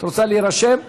את רוצה להירשם לדיון.